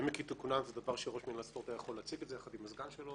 בימים כתיקונם זה דבר שראש מינהל ספורט יכול היה להציג יחד עם הסגן שלו